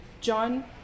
John